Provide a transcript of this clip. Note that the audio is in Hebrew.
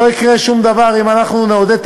לא יקרה שום דבר אם אנחנו נעודד את